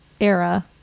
era